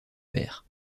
fer